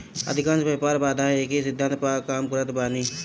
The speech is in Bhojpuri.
अधिकांश व्यापार बाधाएँ एकही सिद्धांत पअ काम करत बानी